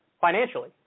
financially